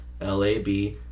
lab